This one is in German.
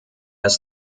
ist